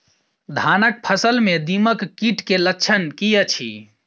धानक फसल मे दीमक कीट केँ लक्षण की अछि?